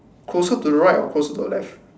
closer to right or closer to left